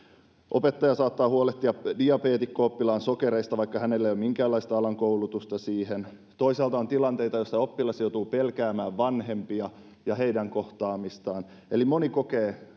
opettaja saattaa huolehtia diabeetikko oppilaan sokereista vaikka hänellä ei ole minkäänlaista alan koulutusta siihen toisaalta on tilanteita joissa oppilas joutuu pelkäämään vanhempia ja heidän kohtaamistaan eli moni kokee